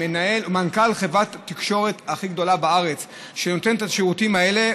מנכ"ל חברת תקשורת הכי גדולה בארץ שנותנת את השירותים האלה,